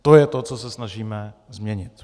To je to, co se snažíme změnit.